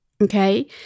okay